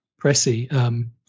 Pressy